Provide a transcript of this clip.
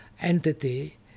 entity